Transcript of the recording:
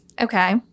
Okay